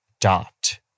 dot